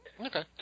Okay